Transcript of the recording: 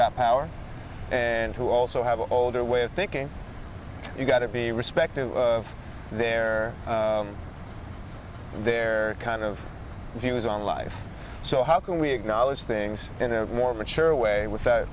got power and who also have a whole new way of thinking you got to be respected there and they're kind of views on life so how can we acknowledge things in a more mature way without